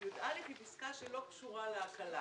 זאת פסקה שלא קשורה להקלה.